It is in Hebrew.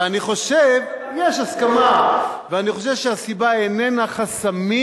ואני חושב, יש הסכמה, שהסיבה אינה חסמים,